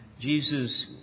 Jesus